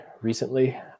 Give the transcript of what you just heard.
recently